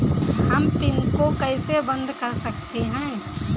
हम पिन को कैसे बंद कर सकते हैं?